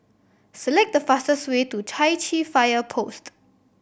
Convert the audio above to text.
select the fastest way to Chai Chee Fire Post